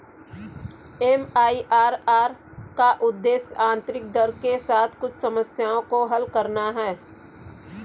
MIRR का उद्देश्य आंतरिक दर के साथ कुछ समस्याओं को हल करना है